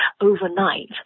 overnight